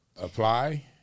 Apply